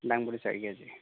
দাংবডি চাৰি কেজি